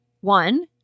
One